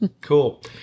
Cool